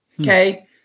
okay